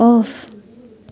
off